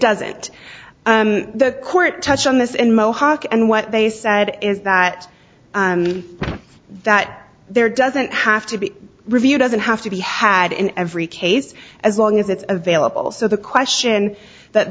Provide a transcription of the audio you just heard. doesn't the court touch on this in mohawk and what they said is that that there doesn't have to be review doesn't have to be had in every case as long as it's available so the question that